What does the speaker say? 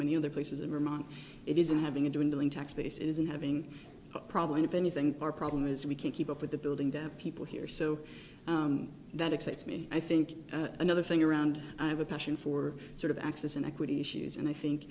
many other places and remount it isn't having a dwindling tax base isn't having a problem if anything our problem is we can't keep up with the building that people here so that excites me i think another thing around i have a passion for sort of access and equity issues and i think